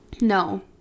No